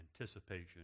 anticipation